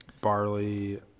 barley